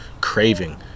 craving